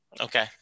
Okay